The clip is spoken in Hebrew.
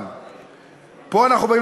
והוא דיבר,